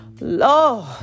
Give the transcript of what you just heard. Lord